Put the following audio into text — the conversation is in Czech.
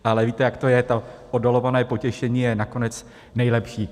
Ale víte, jak to je, to oddalované potěšení je nakonec nejlepší.